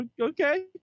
Okay